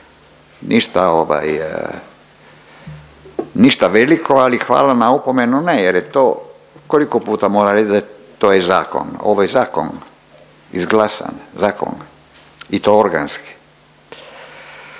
ništa veliko ali hvala na opomenu ne jer je to koliko puta moram reć da to je zakon, ovo je zakon, izglasan zakon i to organski.